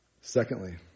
Secondly